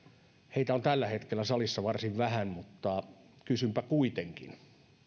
heitä on tällä hetkellä salissa varsin vähän mutta kysynpä kuitenkin